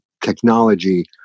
technology